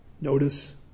Notice